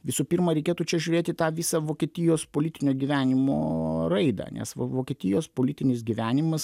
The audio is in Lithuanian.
visų pirma reikėtų čia žiūrėti tą visą vokietijos politinio gyvenimo raidą nes vo vokietijos politinis gyvenimas